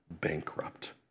bankrupt